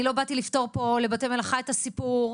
לא באתי לפתור פה לבתי המלאכה את הסיפור,